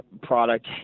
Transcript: product